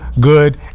good